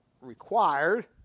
required